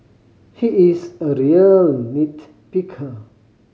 he is a real nit picker